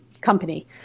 company